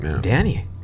Danny